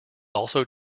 also